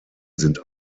sind